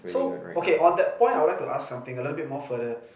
so okay on that point I would like to ask something a little bit more further